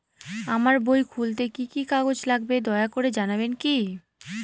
আমার বই খুলতে কি কি কাগজ লাগবে দয়া করে জানাবেন কি?